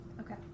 Okay